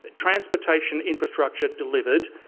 transportation infrastructure delivered,